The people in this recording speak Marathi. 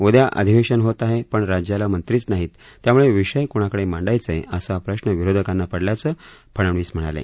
उदया आधिवेशन होत आहे पण राज्याला मंत्रीच नाहीत त्यामुळे विषय कणाकडे मांडायचे असा प्रश्न विरोधकांना पडल्याचं फडनवीस म्हणाले